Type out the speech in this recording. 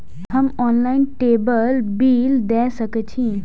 हम online table bill दे सके छी?